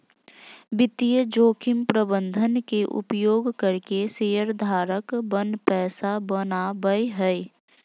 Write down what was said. वित्तीय जोखिम प्रबंधन के उपयोग करके शेयर धारक पन पैसा बनावय हय